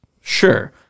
Sure